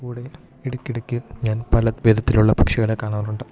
കൂടെ ഇടക്കിടക്ക് ഞാൻ പല വിധത്തിലുള്ള പക്ഷികളെ കാണാറുണ്ട്